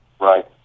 Right